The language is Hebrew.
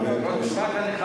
האמת היא שזה לא יוצא 90 שנה.